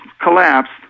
collapsed